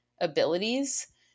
abilities